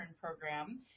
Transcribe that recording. Program